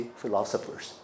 philosophers